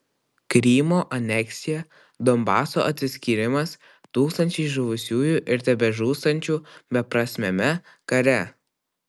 krymo aneksija donbaso atsiskyrimas tūkstančiai žuvusiųjų ir tebežūstančių beprasmiame kare